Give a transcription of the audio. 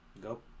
Go